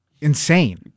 insane